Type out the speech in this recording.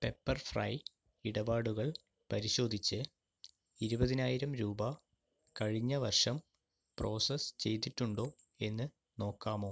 പെപ്പർഫ്രൈ ഇടപാടുകൾ പരിശോധിച്ച് ഇരുപതിനായിരം രൂപ കഴിഞ്ഞ വർഷം പ്രോസസ്സ് ചെയ്തിട്ടുണ്ടോ എന്ന് നോക്കാമോ